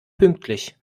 pünktlich